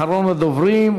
אחרון הדוברים,